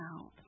out